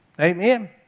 amen